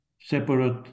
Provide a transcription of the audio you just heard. separate